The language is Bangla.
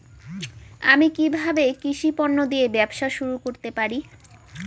আমি কিভাবে কৃষি পণ্য দিয়ে ব্যবসা শুরু করতে পারি?